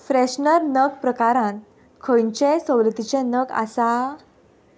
freshener नग प्रकारांत खंयचेय सवलतीचे नग आसा